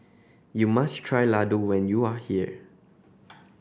you must try laddu when you are here